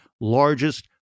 largest